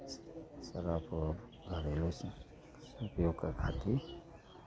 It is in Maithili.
थोड़ा बहुत घरेलू उपयोगके खातिर